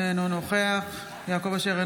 אינו נוכח יעקב אשר,